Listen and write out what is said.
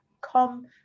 come